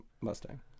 mustang